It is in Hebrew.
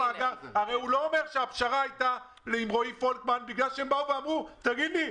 הוא לא אומר שהפשרה הייתה עם רועי פולקמן בגלל שהם באו ואמרו: תגידי לי,